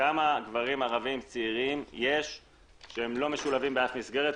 כמה גברים ערבים צעירים יש שלא משולבים באף מסגרת,